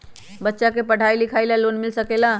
बच्चा के पढ़ाई लिखाई ला भी लोन मिल सकेला?